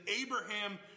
Abraham